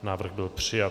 Návrh byl přijat.